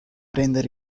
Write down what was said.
rendere